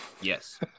Yes